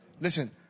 Listen